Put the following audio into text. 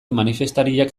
manifestariak